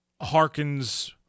harkens